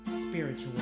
spiritual